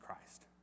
Christ